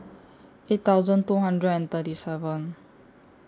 eight thousand two hundred and thirty seven